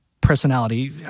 personality